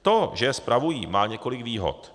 To, že je spravují, má několik výhod.